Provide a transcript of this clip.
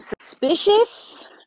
suspicious